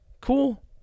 cool